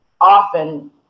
often